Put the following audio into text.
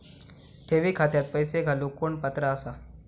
ठेवी खात्यात पैसे घालूक कोण पात्र आसा?